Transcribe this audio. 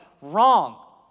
wrong